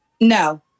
No